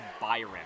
Byron